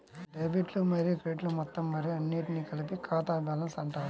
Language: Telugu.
డెబిట్లు మరియు క్రెడిట్లు మొత్తం మరియు అన్నింటినీ కలిపి ఖాతా బ్యాలెన్స్ అంటారు